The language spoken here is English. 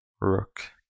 Rook